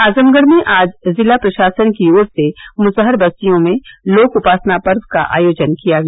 आजमगढ़ में आज जिला प्रशासन की ओर से मुसहर बस्तियों में लोक उपासना पर्व का आयोजन किया गया